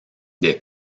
des